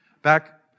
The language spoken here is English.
back